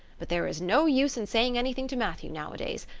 but there is no use in saying anything to matthew nowadays.